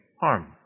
harm